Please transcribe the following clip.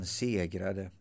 segrade